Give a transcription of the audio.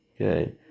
Okay